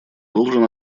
должен